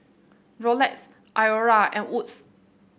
Rolex Iora and Wood's